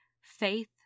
Faith